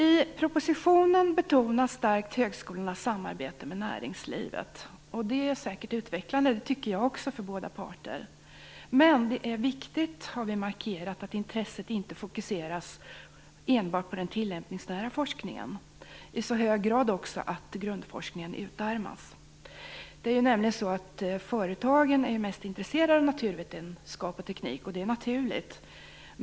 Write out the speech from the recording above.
I propositionen betonas starkt högskolornas samarbete med näringslivet. Det är säkert utvecklande för båda parter, det tycker jag också. Men det är viktigt - det har vi markerat - att intresset inte fokuseras enbart på den tillämpningsnära forskningen, i så hög grad att grundforskningen utarmas. Företagen är ju mest intresserade av naturvetenskap och teknik, vilket är naturligt.